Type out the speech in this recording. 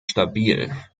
stabil